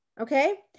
Okay